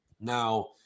Now